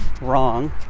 wrong